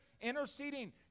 interceding